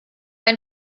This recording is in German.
ein